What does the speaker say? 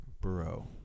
Bro